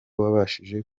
wabashije